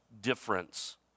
difference